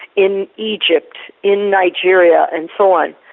in egypt, in nigeria and so on.